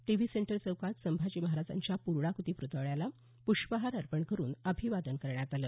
TV centre चौकात संभाजी महाराजांच्या पूर्णाकृती पुतळ्याला पुष्पहार अर्पण करून अभिवादन करण्यात आलं